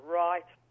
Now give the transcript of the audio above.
right